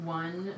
one